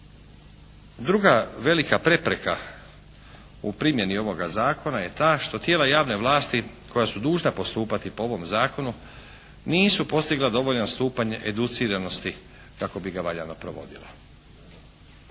Druga velika prepreka u primjeni ovoga Zakona je ta što tijela javne vlasti koja su dužna postupati po ovom Zakonu nisu postigla dovoljan stupanj educiranosti kako bi ga valjano provodila.